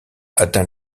atteint